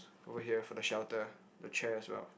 over here for the shelter the chair as well